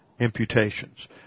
Imputations